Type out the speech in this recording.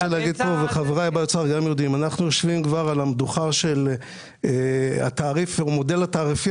אנחנו יושבים על המדוכה של המודל התעריפי